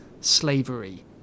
slavery